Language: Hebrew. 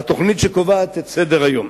"התוכנית שקובעת את סדר-יום."